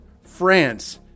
France